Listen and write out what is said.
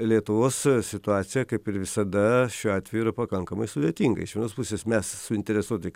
lietuvos situacija kaip ir visada šiuo atveju yra pakankamai sudėtinga iš vienos pusės mes suinteresuoti